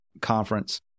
conference